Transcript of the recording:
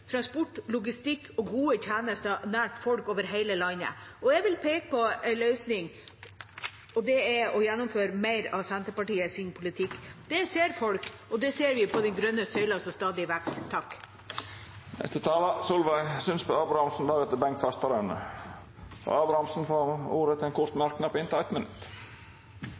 transport, logistikk og gode tjenester nært folk over hele landet. Jeg vil peke på en løsning, og det er å gjennomføre mer av Senterpartiets politikk. Det ser folk – og det ser vi på den grønne søylen, som stadig vokser. Representanten Solveig Sundbø Abrahamsen har hatt ordet to gonger tidlegare og får ordet til ein kort merknad, avgrensa til 1 minutt.